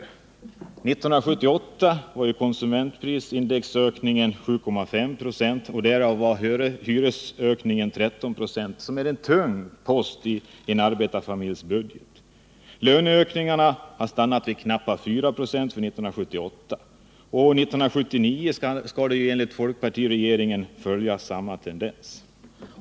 1978 har konsumentprisindex ökat med över 7,5 96. Hyrorna, som är en tung post i arbetarfamiljernas budget, steg med 13 96. Löneökningarna har stannat vid knappt 4 96 för 1978. 1979 skall enligt folkpartiregeringen följa samma tendens.